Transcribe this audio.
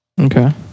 Okay